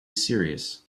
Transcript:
serious